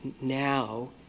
now